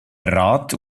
rat